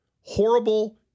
horrible